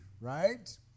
right